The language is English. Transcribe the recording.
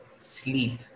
Sleep